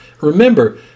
Remember